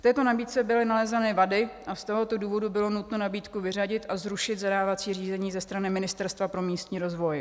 V této nabídce byly nalezeny vady a z tohoto důvodu bylo nutno nabídku vyřadit a zrušit zadávací řízení ze strany Ministerstva pro místní rozvoj.